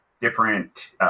different